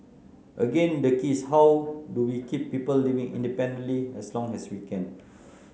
again the key is how do we keep people living independently as long as we can